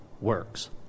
works